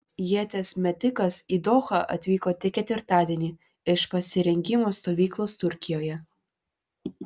ieties metikas į dohą atvyko tik ketvirtadienį iš pasirengimo stovyklos turkijoje